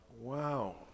Wow